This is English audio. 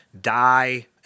die